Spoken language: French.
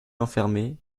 enfermer